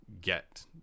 get